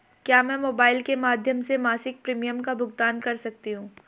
क्या मैं मोबाइल के माध्यम से मासिक प्रिमियम का भुगतान कर सकती हूँ?